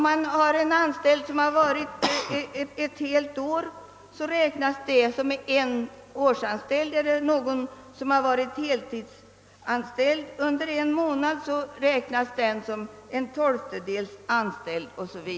Har man en anställd som har varit ett helt år hos arbetsgivaren räknas denne som en årsanställd. Är det någon som har varit heltidsanställd under en månad räknas denne som en tolftedels anställd o. s. v.